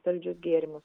saldžius gėrimus